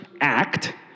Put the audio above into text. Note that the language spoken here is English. act